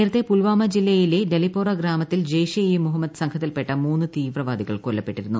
നേരത്തെ പുൽവാമ ജില്ലയിലെ ഡലിപോറ ഗ്രാമത്തിൽ ജയ്ഷെ ഇ മുഹമ്മദ് സംഘത്തിൽപ്പെട്ട മൂന്ന് തീവ്രവാദികൾ കൊല്ലപ്പെട്ടിരുന്നു